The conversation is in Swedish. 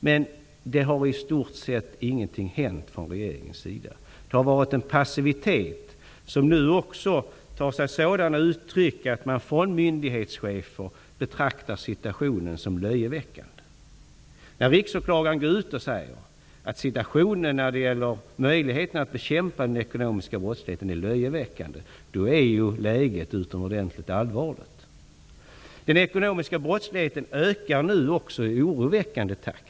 Men regeringen har i stort sett inte gjort någonting. Det har varit en passivitet, som nu också tar sig sådana uttryck som att myndighetschefer betraktar situationen som löjeväckande. När riksåklagaren går ut och säger att situationen när det gäller möjligheterna att bekämpa den ekonomiska brottsligheten är löjeväckande, är ju läget utomordentligt allvarligt. Den ekonomiska brottsligheten ökar nu i oroväckande takt.